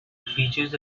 features